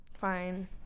Fine